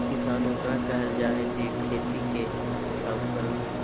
किसान ओकरा कहल जाय हइ जे खेती के काम करो हइ